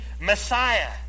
Messiah